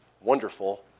wonderful